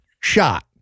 shot